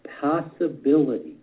possibility